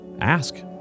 ask